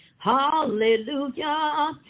Hallelujah